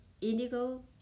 indigo